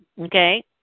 okay